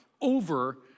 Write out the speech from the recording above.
over